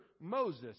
Moses